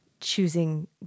choosing